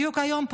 בדיוק היום,